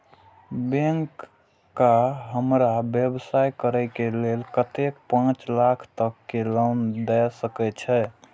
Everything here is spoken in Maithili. बैंक का हमरा व्यवसाय करें के लेल कतेक पाँच लाख तक के लोन दाय सके छे?